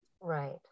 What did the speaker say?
Right